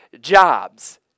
jobs